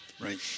Right